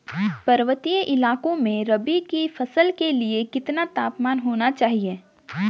पर्वतीय इलाकों में रबी की फसल के लिए कितना तापमान होना चाहिए?